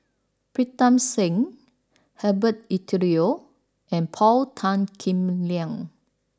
Pritam Singh Herbert Eleuterio and Paul Tan Kim Liang